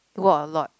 walk a lot